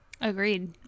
agreed